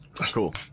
Cool